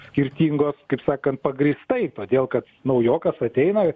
skirtingos kaip sakant pagrįstai todėl kad naujokas ateina